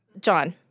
John